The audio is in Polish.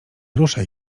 ruszaj